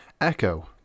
Echo